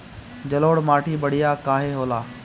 जलोड़ माटी बढ़िया काहे होला?